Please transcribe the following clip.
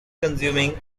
consuming